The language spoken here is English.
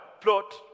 plot